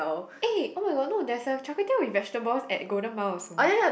eh [oh]-my-god there's a char-kway-teow with vegetables at Golden-Mile also